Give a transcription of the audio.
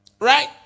right